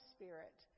Spirit